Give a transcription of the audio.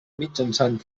mitjançant